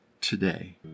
today